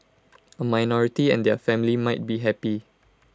A minority and their family might be happy